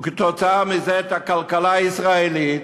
וכתוצאה מזה את הכלכלה הישראלית,